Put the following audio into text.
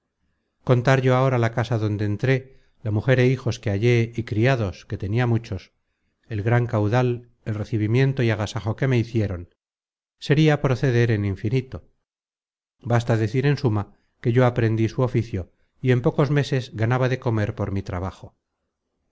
contar yo ahora la casa donde entré la mujer é hijos que hallé y criados que tenia muchos el gran caudal el recibimiento y agasajo que me hicieron sería proceder en infinito basta decir en suma que yo aprendí su oficio y en pocos meses ganaba de comer por mi trabajo